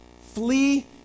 Flee